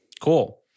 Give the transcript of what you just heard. Cool